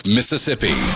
Mississippi